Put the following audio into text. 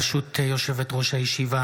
ברשות יושבת-ראש הישיבה,